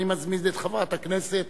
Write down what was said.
אני מזמין את חברת הכנסת